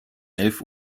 elf